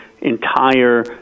entire